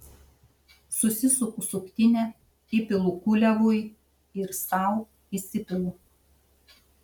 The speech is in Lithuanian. susisuku suktinę įpilu kuliavui ir sau įsipilu